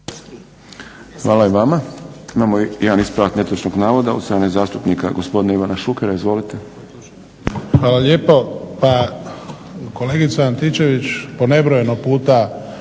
Hvala i vama. Imamo jedan ispravak netočnog navoda od strane zastupnika gospodina Ivana Šukera. Izvolite. **Šuker, Ivan (HDZ)** Hvala lijepo. Pa kolegica Antičević po nebrojeno puta